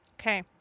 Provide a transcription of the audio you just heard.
okay